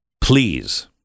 Please